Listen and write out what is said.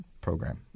program